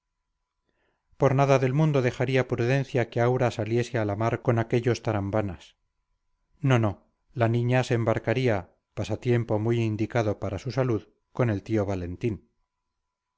por nada del mundo dejaría prudencia que aura saliese a la mar con aquellos tarambanas no no la niña se embarcaría pasatiempo muy indicado para su salud con el tío valentín